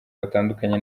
batandukanye